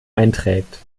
einträgt